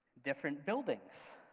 different buildings?